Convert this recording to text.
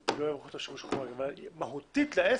כי לא האריכו את השימוש החורג אבל מהותית לעסק,